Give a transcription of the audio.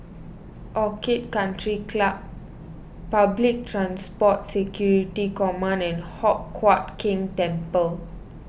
Orchid Country Club Public Transport Security Command and Hock Huat Keng Temple